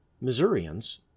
Missourians